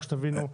איך שתבינו.